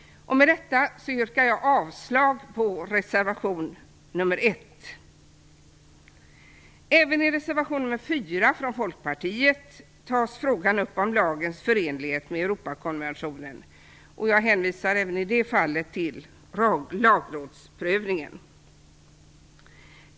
Därmed yrkar jag avslag på reservation 1. Även i reservation 4 från Folkpartiet tas frågan om lagens förenlighet med Europakonventionen upp. Jag hänvisar även i detta fall till lagrådsprövningen.